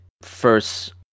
first